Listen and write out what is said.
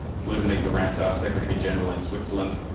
flew to meet the ramsar secretary general in switzerland,